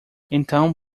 então